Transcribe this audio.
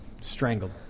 strangled